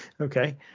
Okay